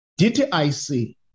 DTIC